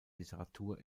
literatur